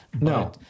No